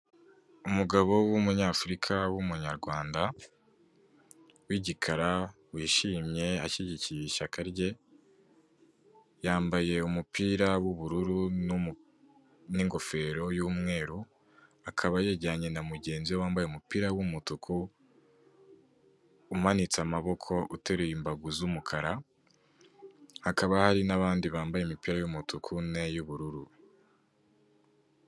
Umugabo w'umunyafurika, w'umunyarwanda, w'igikara wishimye ashyigikiye ishyaka rye, yambaye umupira w'ubururu n'ingofero y'umweru, akaba yegeranye na mugenzi we wambaye umupira w'umutuku umanitse amaboko, uteruye imbago z'umukara, hakaba hari n'abandi bambaye imipira y'umutuku niy'ubururu.